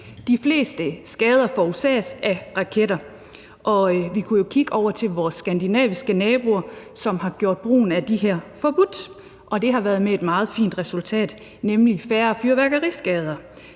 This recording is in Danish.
De fleste skader forårsages af raketter, og vi kunne jo kigge over til vores skandinaviske naboer, som har gjort brugen af de her raketter forbudt, og det har været med et meget fint resultat, nemlig færre fyrværkeriskader.